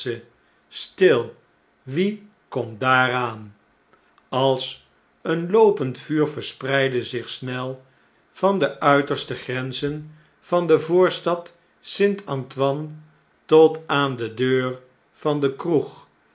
ance stillwiekomt daar aan als een loopend vuur verspreidde zich snel van de uiterste grenzen van de voorstad st a n t o i n e tot aan de deur van de kroeg